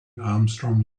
armstrong